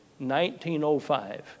1905